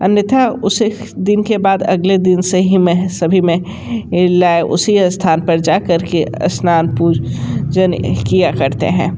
अन्यथा उसे दिन के बाद अगले दिन से हीं में सभी में इला उसी स्थान पर जा कर के स्नान पूज न किया करते हैं